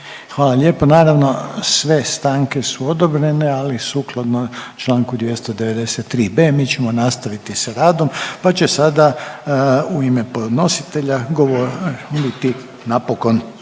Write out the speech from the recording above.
Hvala lijepo. Naravno sve stanke su odobrene, ali sukladno članku 293b. mi ćemo nastaviti sa radom, pa će sada u ime podnositelja govoriti napokon